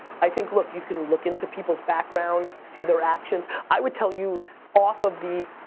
i think look, you can look into people's backgrounds, see their actions. i would tell you off of the,